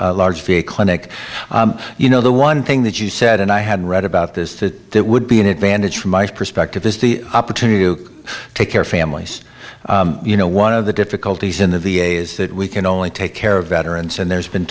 a large fear clinic you know the one thing that you said and i had read about this that that would be an advantage from my perspective is the opportunity to take their families you know one of the difficulties in the v a is that we can only take care of veterans and there's been